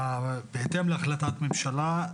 בהתאם להחלטת ממשלה,